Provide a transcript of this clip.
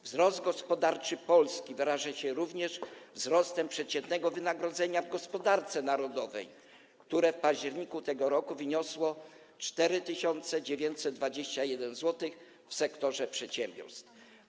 Wzrost gospodarczy Polski wyraża się również wzrostem przeciętnego wynagrodzenia w gospodarce narodowej, które w październiku tego roku wyniosło 4921 zł w sektorze przedsiębiorstw.